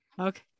Okay